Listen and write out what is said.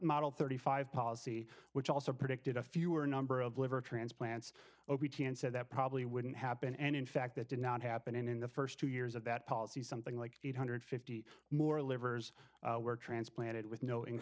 model thirty five policy which also predicted a fewer number of liver transplants said that probably wouldn't happen and in fact that did not happen in the st two years of that policy something like eight hundred and fifty more livers were transplanted with no in